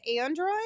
Android